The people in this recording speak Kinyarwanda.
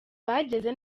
bageze